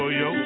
yo